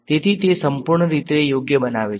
તેથી તે સંપૂર્ણ રીતે યોગ્ય બનાવે છે